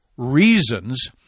reasons